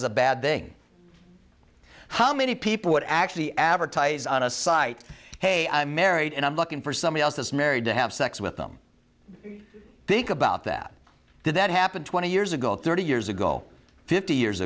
as a bad thing how many people would actually advertise on a site hey i'm married and i'm looking for someone else that's married to have sex with them think about that did that happen twenty years ago thirty years ago fifty years